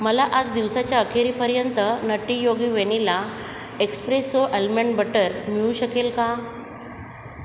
मला आज दिवसाच्या अखेरीपर्यंत Nutty Yogi vanilla espresso almond butter मिळू शकेल का